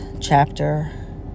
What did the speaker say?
chapter